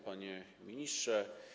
Panie Ministrze!